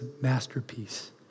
masterpiece